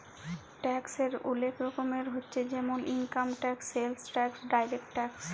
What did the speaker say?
ট্যাক্সের ওলেক রকমের হচ্যে জেমল income tax, sales tax, direct tax